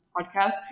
podcast